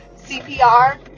CPR